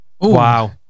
Wow